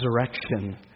resurrection